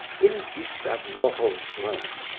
in gustave moreau's work,